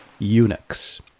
Unix